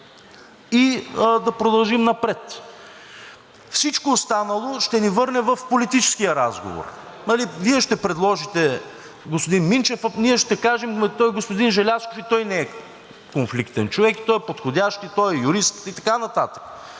и да продължим напред. Всичко останало ще ни върне в политическия разговор – Вие ще предложите господин Минчев, а пък ние ще кажем: и господин Желязков не е конфликтен човек, и той е подходящ, и той е юрист, и така